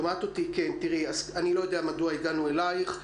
אני לא יודע מדוע הגענו אלייך,